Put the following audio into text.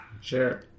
Sure